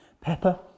pepper